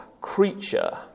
creature